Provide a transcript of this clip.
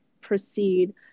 proceed